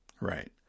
right